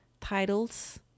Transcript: titles